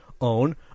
own